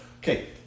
okay